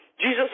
Jesus